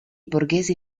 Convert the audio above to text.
borghesi